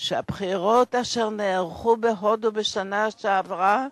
שהבחירות אשר נערכו בהודו בשנה שעברה